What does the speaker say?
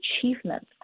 achievements